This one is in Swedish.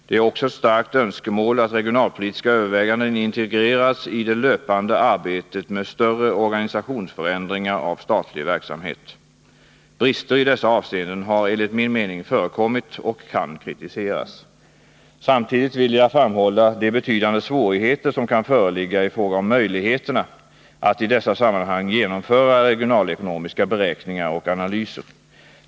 Det är också ett starkt önskemål att regionalpolitiska överväganden integreras i det löpande arbetet med större organisationsförändringar av statlig verksamhet. Brister i dessa avseenden har enligt min mening förekommit och kan kritiseras. Samtidigt vill jag framhålla de betydande svårigheter som kan föreligga i fråga om möjligheterna att i dessa sammanhang genomföra regionalekonomiska beräkningar och analyser.